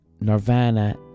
Nirvana